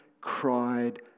cried